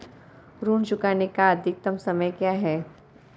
ऋण चुकाने का अधिकतम समय क्या है?